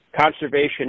conservation